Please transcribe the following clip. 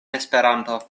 esperanto